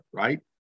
right